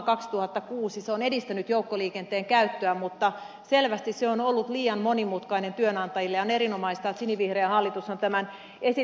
se on edistänyt joukkoliikenteen käyttöä mutta selvästi se on ollut liian monimutkainen työnantajille ja on erinomaista että sinivihreä hallitus on tämän esityksen tuonut